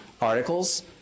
articles